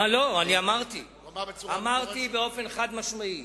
אני אמרתי, אמרתי באופן חד-משמעי.